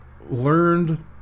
learned